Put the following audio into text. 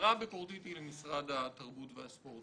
ההערה הביקורתית היא למשרד התרבות והספורט.